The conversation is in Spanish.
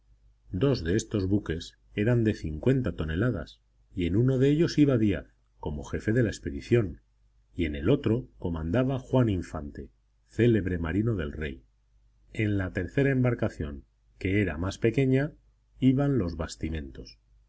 dos de estos buques eran de cincuenta toneladas y en uno de ellos iba díaz como jefe de la expedición y en el otro comandaba juan infante célebre marino del rey en la tercera embarcación que era más pequeña iban los bastimentos